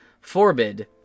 Forbid